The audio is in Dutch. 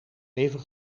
even